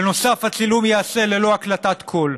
בנוסף, הצילום ייעשה ללא הקלטת קול.